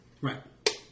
Right